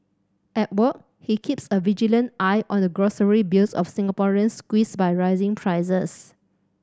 at work he keeps a vigilant eye on the grocery bills of Singaporeans squeezed by rising prices